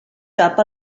cap